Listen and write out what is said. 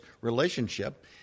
relationship